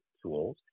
tools